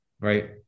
right